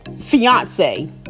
fiance